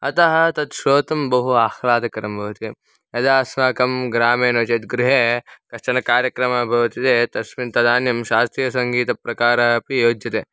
अतः तत् श्रोतुं बहु आह्लादकरं भवति यदा अस्माकं ग्रामे नो चेत् गृहे कश्चन कार्यक्रमः भवति चेत तस्मिन् तदानीं शास्त्रीयसङ्गीतप्रकारम् अपि योज्यते